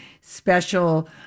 special